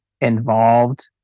involved